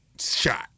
Shot